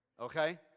okay